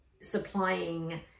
supplying